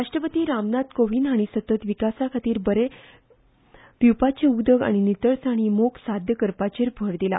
राश्ट्रपती रामनाथ कोविंद हांणी सतत विकासा खातीर बरे पिवपार्चे उदक आनी नितळसाण ही मोख साध्य करपाचेर भर दिला